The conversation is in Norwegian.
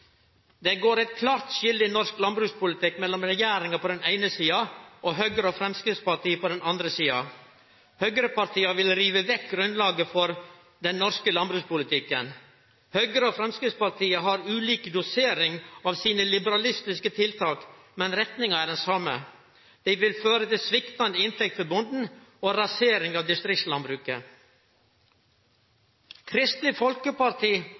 Det går eit klart skilje i norsk landbrukspolitikk mellom regjeringa på den eine sida og Høgre og Framstegspartiet på den andre. Høgrepartia vil rive vekk grunnlaget for den norske landbrukspolitikken. Høgre og Framstegspartiet har ulik dosering av sine liberalistiske tiltak, men retninga er den same. Ho vil føre til sviktande inntekt for bonden og rasering av distriktslandbruket. Kristeleg Folkeparti